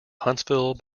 huntsville